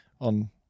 on